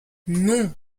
non